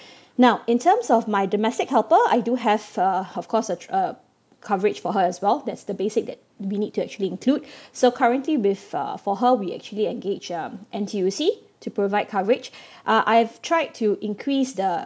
now in terms of my domestic helper I do have uh of course a uh coverage for her as well that's the basic that we need to actually include so currently with uh for her we actually engage um N_T_U_C to provide coverage uh I've tried to increase the